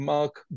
Mark